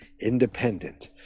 independent